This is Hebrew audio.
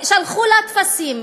שלחו לה טפסים,